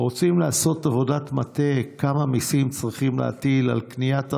רוצים לעשות עבודת מטה כמה מיסים צריכים להטיל על קניית הרכב,